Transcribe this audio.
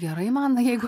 gerai man na jeigu